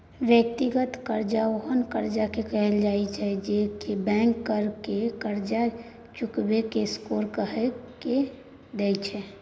व्यक्तिगत कर्जा ओहेन कर्जा के कहल जाइत छै जे की बैंक ककरो कर्ज चुकेबाक स्कोर देख के दैत छै